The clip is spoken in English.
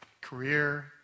Career